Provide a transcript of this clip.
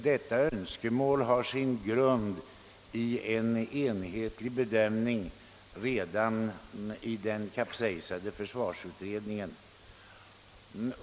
Detta önskemål har sin grund i en enhetlig bedömning redan inom den av socialde mokraterna kapsejsade försvarsutredningen.